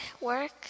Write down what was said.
work